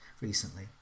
recently